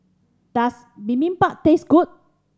does Bibimbap taste good